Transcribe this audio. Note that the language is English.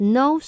no